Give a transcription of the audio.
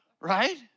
Right